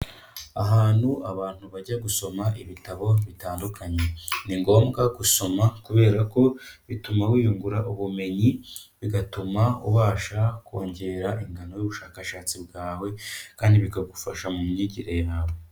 Ahantu abantu bajya gusoma ibitabo bitandukanye. Ni ngombwa gusoma kubera ko bituma wiyungura ubumenyi, bigatuma ubasha kongera ingano y'ubushakashatsi bwawe kandi bikagufasha mu myigire yawe.